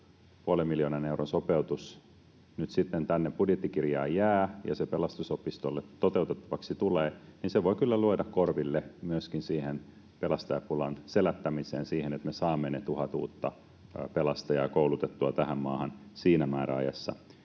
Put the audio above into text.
puolen miljoonan euron sopeutus nyt sitten tänne budjettikirjaan jää ja se Pelastusopistolle toteutettavaksi tulee, niin se voi kyllä lyödä korville myöskin sitä pelastajapulan selättämistä, sitä, että me saamme ne tuhat uutta pelastajaa koulutettua tähän maahan siinä määräajassa,